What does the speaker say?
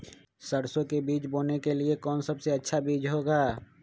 सरसो के बीज बोने के लिए कौन सबसे अच्छा बीज होगा?